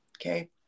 Okay